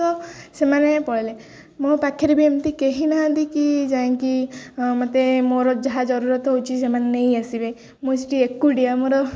ତ ସେମାନେ ପଳେଇଲେ ମୋ ପାଖରେ ବି ଏମିତି କେହି ନାହାନ୍ତି କି ଯାଇଁକି ମୋତେ ମୋର ଯାହା ଜରୁରତ ହେଉଛି ସେମାନେ ନେଇଆସିବେ ମୁଁ ସେଠି ଏକୁଟିଆ ମୋର